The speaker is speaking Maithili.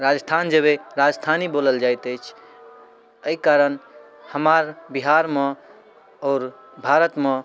राजस्थान जेबै राजस्थानी बोलल जाइत अछि एहि कारण हमार बिहारमे आओर भारतमे